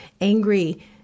angry